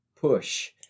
push